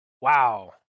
wow